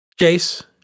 Jace